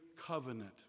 covenant